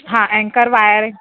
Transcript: हाँ anchor wire